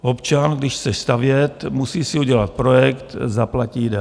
Občan, když chce stavět, musí si udělat projekt, zaplatí daň.